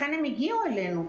לכן הן הגיעו אלינו,